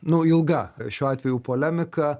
nu ilga šiuo atveju polemika